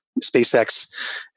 SpaceX